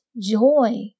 joy